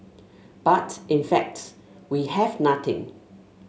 but in fact we have nothing